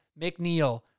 McNeil